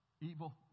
evil